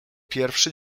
pierwszy